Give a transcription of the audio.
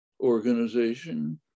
organization